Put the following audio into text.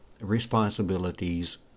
responsibilities